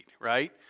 right